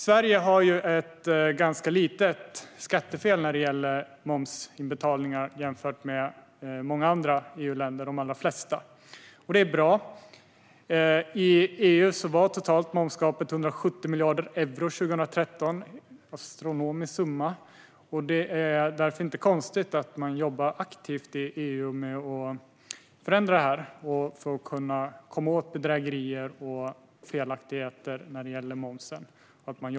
Sverige har ett ganska litet skattefel när det gäller momsinbetalningar jämfört med de allra flesta EU-länder, vilket är bra. I EU var momsgapet totalt 170 miljarder euro 2013, vilket är en astronomisk summa. Det är därför inte konstigt att man jobbar aktivt i EU med att förändra detta och komma åt bedrägerier och felaktigheter när det gäller moms.